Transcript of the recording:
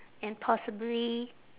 and possibly